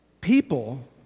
people